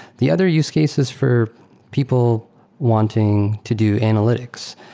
the other use cases for people wanting to do analytics,